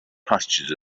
pastures